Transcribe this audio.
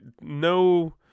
No